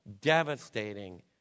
devastating